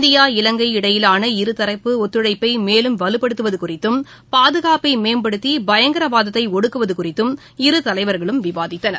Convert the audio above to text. India Ilangai இடையிலான ஒத்துழைப்பைமேலும் வலுப்படுத்துவதுகுறித்தும் இருதரப்பு பாதுகாப்பைமேம்படுத்தி பயங்கரவாதத்தைடுக்குவதுகுறித்தும் இரு தலைவர்களும் விவாதித்தனர்